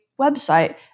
website